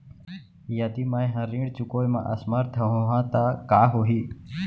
यदि मैं ह ऋण चुकोय म असमर्थ होहा त का होही?